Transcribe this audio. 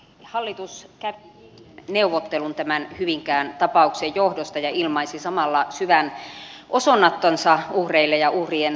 hallitus kävi eilen neuvottelun tämän hyvinkään tapauksen johdosta ja ilmaisi samalla syvän osanottonsa uhreille ja uhrien omaisille